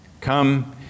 Come